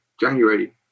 January